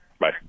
bye